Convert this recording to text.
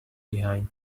behind